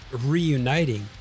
reuniting